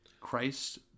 Christ